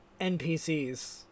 NPCs